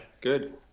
good